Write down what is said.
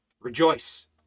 Rejoice